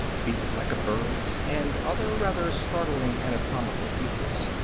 feet like a bird's, and other rather startling anatomical features.